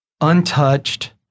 untouched